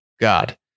God